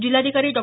जिल्हाधिकारी डॉ